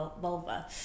vulva